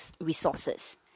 resources